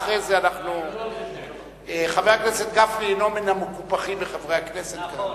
חבר הכנסת גפני אינו מן המקופחים מחברי הכנסת כאן.